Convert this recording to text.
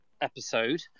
episode